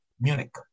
Munich